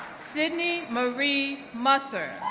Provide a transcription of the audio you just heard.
sidney marie musser,